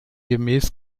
gemäß